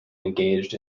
engaged